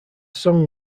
song